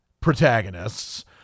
protagonists